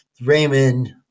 Raymond